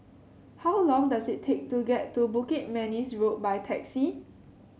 how long does it take to get to Bukit Manis Road by taxi